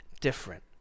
different